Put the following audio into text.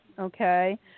okay